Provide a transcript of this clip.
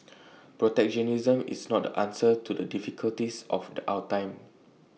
protectionism is not the answer to the difficulties of the our time